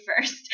first